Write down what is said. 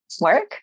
work